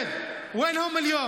(אומר